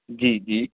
जी जी